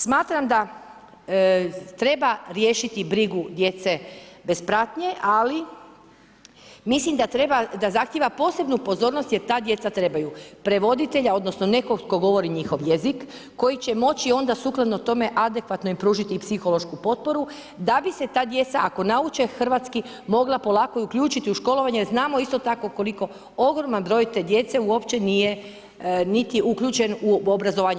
Smatram da treba riješiti brigu djece bez pratnje ali mislim da treba, da zahtjeva posebnu pozornost jer ta djeca trebaju prevoditelja, odnosno nekog tko govori njihov jezik, koji će moći onda sukladno tome adekvatno im pružiti i psihološku potporu da bi se ta djeca ako nauče hrvatski mogla polako i uključiti u školovanje jer znamo isto tako koliko ogroman broj te djece uopće nije niti uključen u obrazovanje.